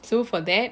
so for that